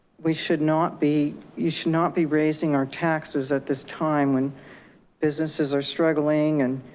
we should not be, you should not be raising our taxes at this time when businesses are struggling and